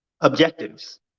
objectives